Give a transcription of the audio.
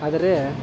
ಆದರೆ